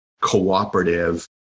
cooperative